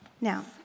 Now